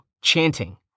Chanting